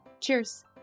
Cheers